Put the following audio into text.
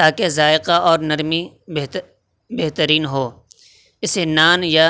تاکہ ذائقہ اور نرمی بہتر بہترین ہو اسے نان یا